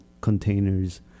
containers